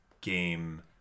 game